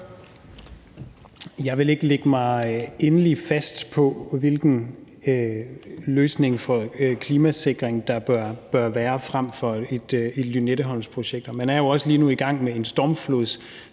Jeg vil ikke lægge mig endelig fast på, hvilken løsning for klimasikring der bør være frem for et Lynetteholmsprojekt. Man er jo også lige nu i gang med en